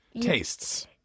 tastes